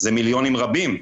זה מיליונים רבים.